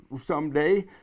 someday